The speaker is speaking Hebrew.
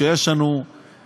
כשיש לנו בעיה,